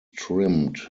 trimmed